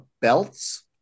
belts